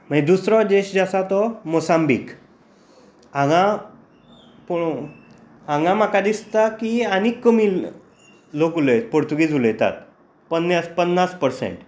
मागीर दुसरो देश जो आसा तो मोसांबीक हांगा पळोवंक हांगां म्हाका दिसता की आनी कमी लोक उलयतात पुर्तुगीज उलयतात पन्ना पन्नास पर्सेन्ट